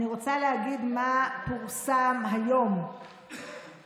אני רוצה להגיד מה שפורסם היום באתר